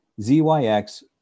ZYX